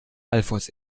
alfons